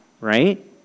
right